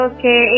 Okay